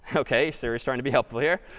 ok. siri is trying to be helpful here.